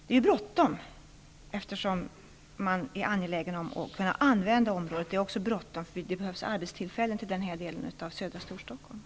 Det är bråttom eftersom man är angelägen om att kunna använda området. Det är också bråttom eftersom det behövs arbetstillfällen till den här delen av södra Storstockholm.